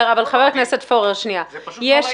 זה פשוט לא לעניין.